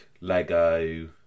Lego